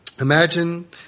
imagine